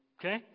Okay